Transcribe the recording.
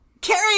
Carrie